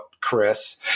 Chris